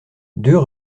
deux